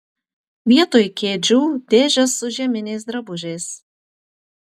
vietoj kėdžių dėžės su žieminiais drabužiais